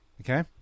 Okay